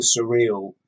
surreal